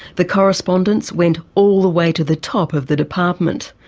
the correspondence went all the way to the top of the department.